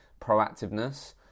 proactiveness